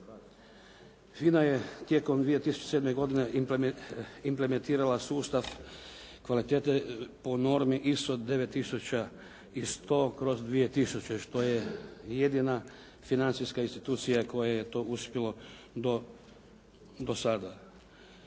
FINA je tijekom 2007. godine implementirala sustav kvalitete po normi ISO 9100/2000 što je jedina financijska institucija kojoj je to uspjelo do sada,